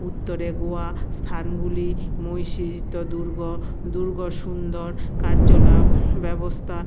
উত্তরে গোয়া স্থানগুলি দূর্গ দূর্গ সুন্দর কার্যকলাপ ব্যবস্থা